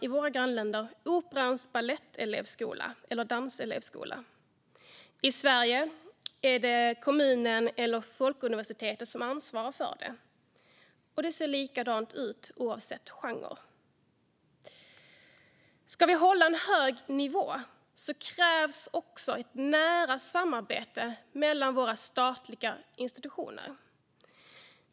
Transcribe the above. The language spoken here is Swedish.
I våra grannländer har man Operans balettelevskola eller danselevskola. I Sverige är det kommunen eller Folkuniversitetet som ansvarar för utbildningen, och det ser likadant ut oavsett genre. Ska vi hålla en hög nivå krävs också ett nära samarbete mellan våra statliga institutioner.